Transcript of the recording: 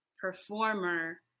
performer